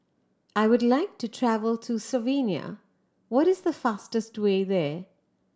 I would like to travel to Slovenia what is the fastest way there